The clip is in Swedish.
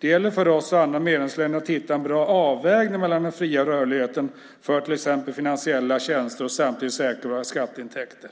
Det gäller för oss och de andra medlemsländerna att hitta en bra avvägning mellan den fria rörligheten för till exempel finansiella tjänster och samtidigt säkra våra skatteintäkter.